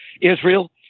Israel